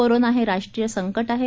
corona हे राष्ट्रीय संकट आहे